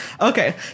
Okay